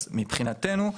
אז מבחינתנו,